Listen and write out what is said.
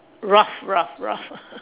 rough rough rough